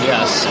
Yes